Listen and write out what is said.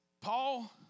Paul